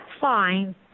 fine